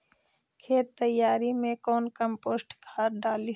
खेत तैयारी मे कौन कम्पोस्ट खाद डाली?